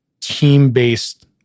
team-based